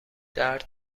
درد